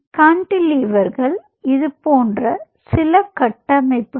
கான்டிலீவர்கள் இது போன்ற சில கட்டமைப்புகள்